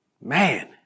Man